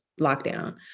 lockdown